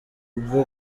rwo